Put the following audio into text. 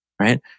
Right